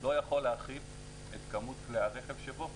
לא יכול להכיל את כמות כלי הרכב שבו.